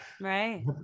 right